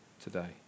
today